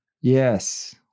Yes